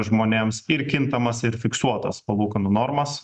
žmonėms ir kintamas ir fiksuotas palūkanų normas